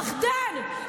פחדן.